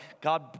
God